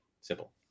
simple